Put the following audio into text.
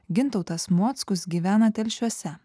gintautas mockus gyvena telšiuose